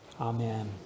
Amen